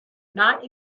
not